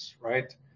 right